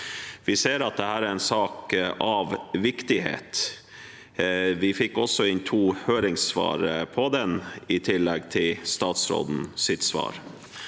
Vi ser at dette er en sak av viktighet. Vi fikk også inn to høringssvar på den, i tillegg til statsrådens svar.